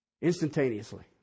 Instantaneously